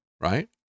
right